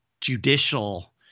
judicial